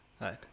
right